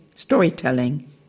Storytelling